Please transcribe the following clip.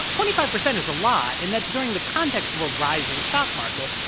twenty five percent is a lot, and that's during the context of a rising stock market.